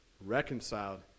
reconciled